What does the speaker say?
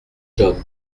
john